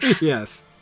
Yes